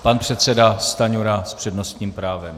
Pan předseda Stanjura s přednostním právem.